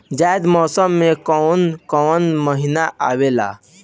जायद मौसम में काउन काउन महीना आवेला?